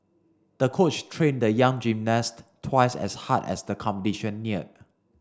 the coach trained the young gymnast twice as hard as the competition neared